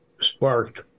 sparked